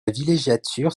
villégiature